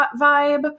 vibe